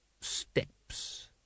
steps